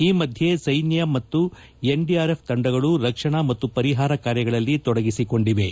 ಈ ಮಧ್ಯೆ ಸೈನ್ನ ಮತ್ತು ಎನ್ಡಿಆರ್ಎಫ್ ತಂಡಗಳು ರಕ್ಷಣಾ ಮತ್ತು ಪರಿಹಾರ ಕಾರ್ಯಗಳಲ್ಲಿ ತೊಡಗಿಸಿಕೊಂಡಿವೆ